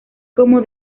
como